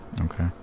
Okay